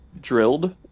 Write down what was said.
drilled